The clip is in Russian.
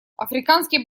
африканский